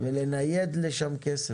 לנייד לשם כסף.